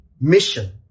mission